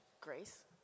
Grace